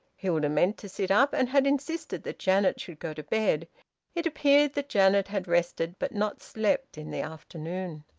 hilda meant to sit up, and had insisted that janet should go to bed it appeared that janet had rested but not slept in the afternoon.